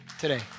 today